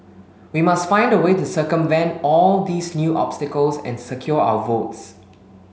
we must find a way to circumvent all these new obstacles and secure our votes